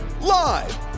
Live